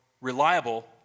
reliable